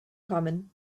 common